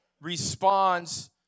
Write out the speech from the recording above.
responds